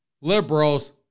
Liberals